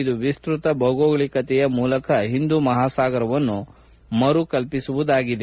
ಇದು ವಿಸ್ತೃತ ಭೌಗೋಳಿಕತೆಯ ಮೂಲಕ ಹಿಂದೂ ಮಹಾಸಾಗರವನ್ನು ಮರು ಕಲ್ಪಿಸಿಕೊಳ್ಳುವುದಾಗಿದೆ